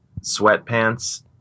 sweatpants